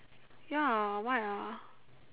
ya why ah